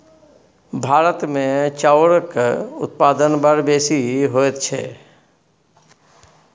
भारतमे चाउरक उत्पादन बड़ बेसी होइत छै